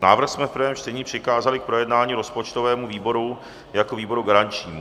Návrh jsme v prvém čtení přikázali k projednání rozpočtovému výboru jako výboru garančnímu.